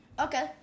Okay